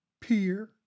peer